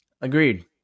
Agreed